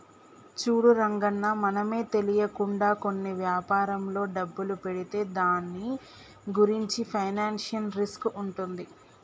చూడు రంగన్న మనమే తెలియకుండా కొన్ని వ్యాపారంలో డబ్బులు పెడితే దాని గురించి ఫైనాన్షియల్ రిస్క్ ఉంటుంది